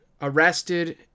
arrested